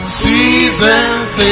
seasons